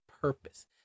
purpose